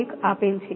1 આપેલ છે